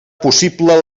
possible